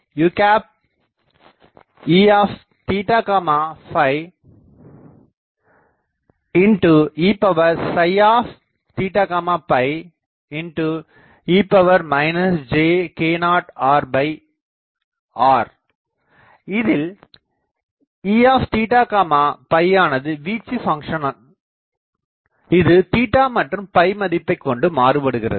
Efaru Eeje jk0rr இதில் Eவானது வீச்சு ஃபங்ஷன் இது மற்றும் மதிப்புக் கொண்டு மாறுபடுகிறது